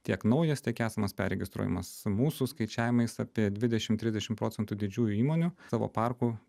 tiek naujas tiek esamas perregistruojamas mūsų skaičiavimais apie dvidešimt trisdešimt procentų didžiųjų įmonių savo parkų